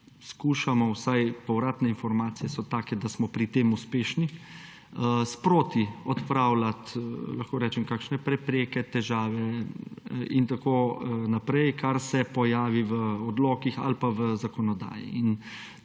skušamo – vsaj povratne informacije so take, da smo pri tem uspešni – sproti odpravljati kakšne prepreke, težave in tako naprej, kar se pojavi v odlokih ali pa v zakonodaji.